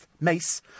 Mace